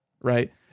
right